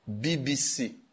BBC